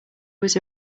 was